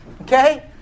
Okay